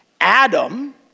Adam